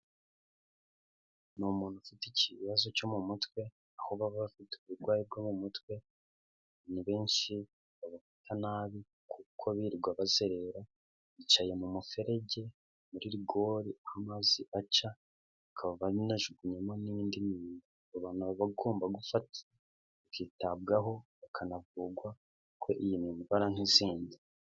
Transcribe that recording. Ni umuntu ufite ikibazo cyo mu mutwe, aho baba bafite uburwayi bwo mu mutwe, ni benshi baba basa nabi kuko birirwa bazerera, bicaye mu muferege muri rigori aho amazi aca, bakaba banajugunyamo n'indi myanda aba abantu babagomba gufatwa bakitabwaho bakanavurwa, kuko ko iyi ni indwara nk'izindi.